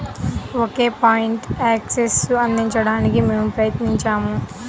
ఒకే point యాక్సెస్ను అందించడానికి మేము ప్రయత్నించాము